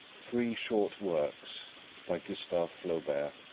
three short works by gustave flaubert